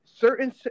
certain